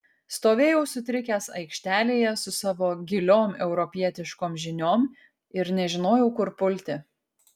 stovėjau sutrikęs aikštelėje su savo giliom europietiškom žiniom ir nežinojau kur pulti